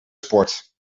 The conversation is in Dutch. sport